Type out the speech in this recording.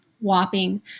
whopping